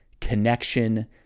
connection